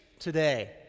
today